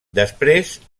després